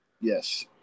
Yes